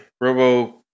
robo